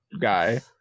guy